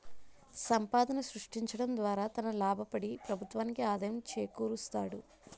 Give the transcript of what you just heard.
సంపాదన సృష్టించడం ద్వారా తన లాభపడి ప్రభుత్వానికి ఆదాయం చేకూరుస్తాడు